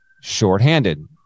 shorthanded